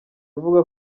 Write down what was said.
avuga